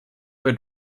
get